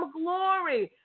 glory